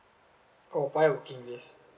oh five working days